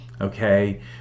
okay